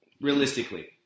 Realistically